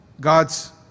God's